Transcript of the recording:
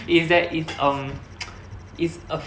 is that it's err it's a